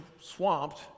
swamped